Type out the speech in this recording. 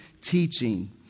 teaching